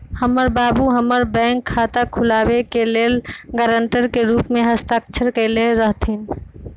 हमर बाबू हमर बैंक खता खुलाबे के लेल गरांटर के रूप में हस्ताक्षर कयले रहथिन